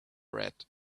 red